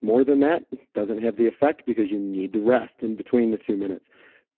more than that doesn't have the effect, because you need the rest in between the two minutes